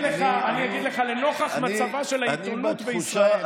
לנוכח מצבה של העיתונות בישראל,